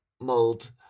mold